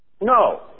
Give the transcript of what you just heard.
No